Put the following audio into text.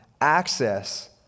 access